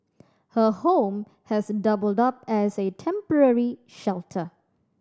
her home has doubled up as a temporary shelter